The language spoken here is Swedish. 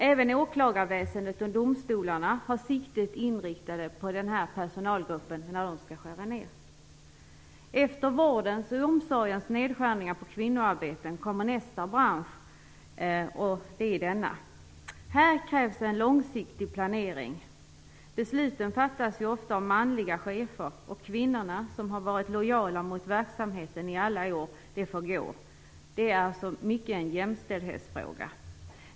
Även åklagarväsendet och domstolarna har siktet inriktat på denna personalgrupp när de skall skära ned. Efter vårdens och omsorgens nedskärningar på kvinnoarbeten kommer nu nästa bransch, vilken är denna. Här krävs en långsiktig planering. Besluten fattas ju ofta av manliga chefer, och kvinnorna, som har varit lojala mot verksamheten i alla år, får gå. Det är alltså mycket en jämställdhetsfråga.